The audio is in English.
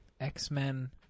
X-Men